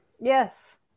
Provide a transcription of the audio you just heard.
Yes